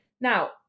now